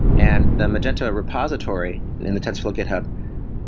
and the magenta repository in the tensorflow github,